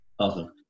Awesome